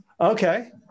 Okay